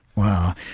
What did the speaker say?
Wow